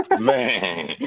Man